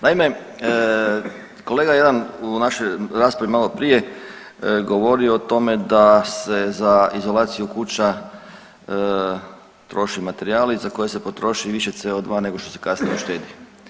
Naime, kolega jedan u našoj raspravi malo prije govori o tome da se za izolaciju kuća troši materijal i za koje se potroši više CO2 nego što se kasnije uštedi.